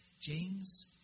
James